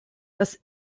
dass